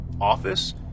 office